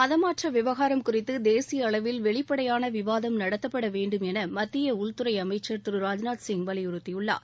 மதமாற்றம் விவகாரம் குறித்து தேசிய அளவில் வெளிப்படையான விவாதம் நடத்தப்பட வேண்டும் என மத்திய உள்துறை அமைச்சர் திரு ராஜ்நாத் சிங் வலியுறுத்தியுள்ளார்